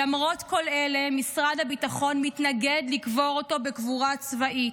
למרות כל אלה משרד הביטחון מתנגד לקבור אותו בקבורה צבאית.